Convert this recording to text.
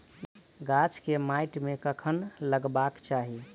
गाछ केँ माइट मे कखन लगबाक चाहि?